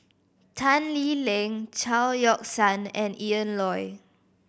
Tan Lee Leng Chao Yoke San and Ian Loy